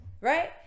right